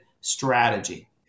strategy